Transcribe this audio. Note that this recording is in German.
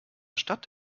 stadt